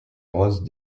roses